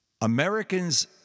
Americans